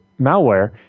malware